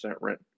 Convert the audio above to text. rent